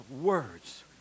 words